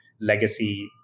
legacy